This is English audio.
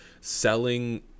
selling